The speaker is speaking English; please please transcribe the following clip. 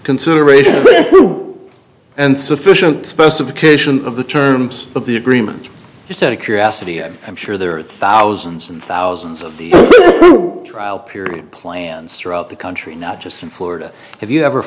consideration and sufficient specifications of the terms of the agreement just out of curiosity and i'm sure there are thousands and thousands of the trial period plans throughout the country not just in florida have you ever